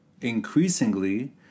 increasingly